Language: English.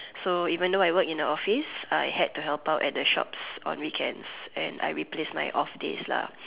so even though I work in the office I had to help out at the shop on weekends and I replace my off days lah